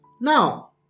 Now